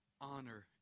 honor